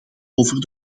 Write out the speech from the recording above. over